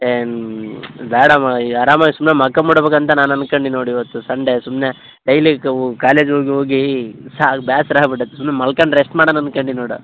ಏನು ಬೇಡ ಮ ಈ ಆರಾಮಾಗಿ ಸುಮ್ಮನೆ ಮಕ್ಕೊಂಬಿಡಬೇಕು ಅಂತ ನಾನು ಅಂದ್ಕಂಡಿನಿ ನೋಡು ಇವತ್ತು ಸಂಡೆ ಸುಮ್ಮನೆ ಡೈಲಿ ಕಾಲೇಜ್ ಹೋಗಿ ಹೋಗೀ ಸಾಕ್ ಬೇಸ್ರ ಆಗ್ಬಿಟೈತೆ ಸುಮ್ಮನೆ ಮಲ್ಕಂಡು ರೆಸ್ಟ್ ಮಾಡಣ ಅನ್ಕಂಡು ನೋಡು